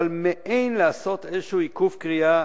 אבל מעין, לעשות איזה עיכוב קריאה.